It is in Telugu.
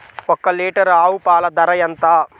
ఒక్క లీటర్ ఆవు పాల ధర ఎంత?